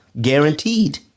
guaranteed